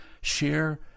share